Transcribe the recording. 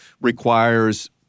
requires